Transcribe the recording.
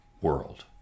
world